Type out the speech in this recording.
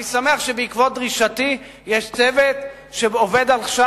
אני שמח שבעקבות דרישתי יש צוות שעובד עכשיו